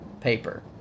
paper